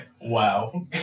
Wow